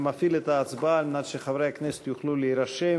אני מפעיל את ההצבעה על מנת שחברי הכנסת יוכלו להירשם,